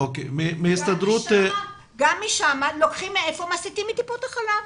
גם שם לוקחים מטיפות החלב,